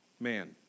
man